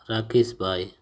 રાકેશભાઈ